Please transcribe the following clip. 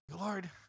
Lord